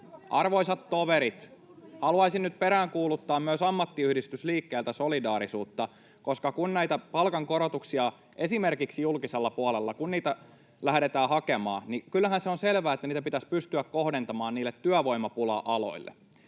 Arvoisat toverit, haluaisin nyt peräänkuuluttaa myös ammattiyhdistysliikkeeltä solidaarisuutta, koska kun näitä palkankorotuksia esimerkiksi julkisella puolella lähdetään hakemaan, niin kyllähän se on selvää, että niitä pitäisi pystyä kohdentamaan niille työvoimapula-aloille.